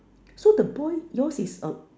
so the boy yours is a